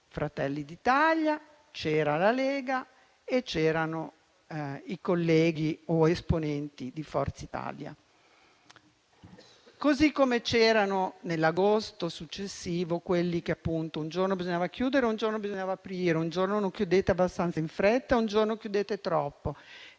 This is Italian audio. Fratelli d'Italia, c'era la Lega e c'erano i colleghi o esponenti di Forza Italia. Così come c'erano, nell'agosto successivo, quelli che dicevano che un giorno bisognava chiudere e un giorno bisognava aprire, un giorno non chiudete abbastanza in fretta e un giorno chiudete troppo,